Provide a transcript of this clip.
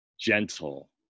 gentle